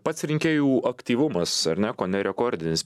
pats rinkėjų aktyvumas ar ne kone rekordinis